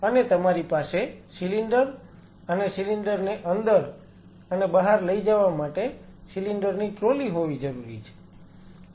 અને તમારી પાસે સિલિન્ડર અને સિલિન્ડર ને અંદર અને બહાર લઈ જવા માટે સિલિન્ડર ની ટ્રોલી હોવી જરૂરી છે